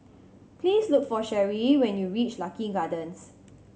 please look for Cherri when you reach Lucky Gardens